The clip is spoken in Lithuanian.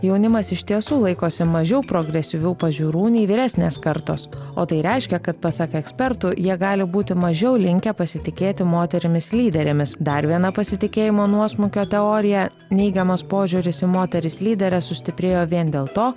jaunimas iš tiesų laikosi mažiau progresyvių pažiūrų nei vyresnės kartos o tai reiškia kad pasak ekspertų jie gali būti mažiau linkę pasitikėti moterimis lyderėmis dar viena pasitikėjimo nuosmukio teorija neigiamas požiūris į moteris lyderes sustiprėjo vien dėl to